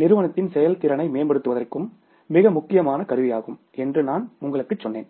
நிறுவனத்தின் செயல்திறனை மேம்படுத்துவதற்கும் மிக முக்கியமான கருவியாகும் என்று நான் உங்களுக்குச் சொன்னேன்